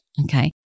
okay